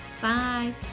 Bye